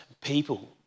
people